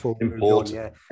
important